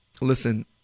listen